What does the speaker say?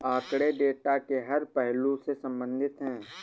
आंकड़े डेटा के हर पहलू से संबंधित है